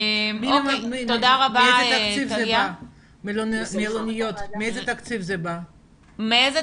אנחנו דרשנו לטובת המלונות הבאים שאנחנו